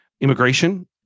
immigration